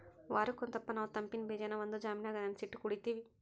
ವಾರುಕ್ ಒಂದಪ್ಪ ನಾವು ತಂಪಿನ್ ಬೀಜಾನ ಒಂದು ಜಾಮಿನಾಗ ನೆನಿಸಿಟ್ಟು ಕುಡೀತೀವಿ